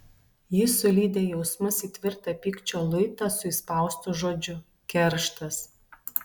ji sulydė jausmus į tvirtą pykčio luitą su įspaustu žodžiu kerštas